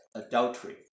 adultery